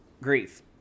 grief